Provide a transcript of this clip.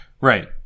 Right